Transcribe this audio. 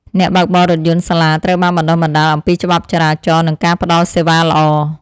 អ្នកបើកបររថយន្តសាលាត្រូវបានបណ្តុះបណ្តាលអំពីច្បាប់ចរាចរណ៍និងការផ្តល់សេវាល្អ។